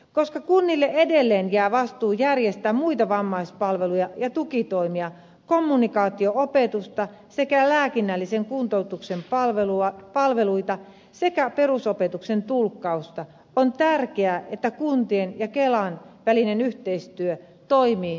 koska kunnille edelleen jää vastuu järjestää muita vammaispalveluja ja tukitoimia kommunikaatio opetusta sekä lääkinnällisen kuntoutuksen palveluita sekä perusopetuksen tulkkausta on tärkeää että kuntien ja kelan välinen yhteistyö toimii saumattomasti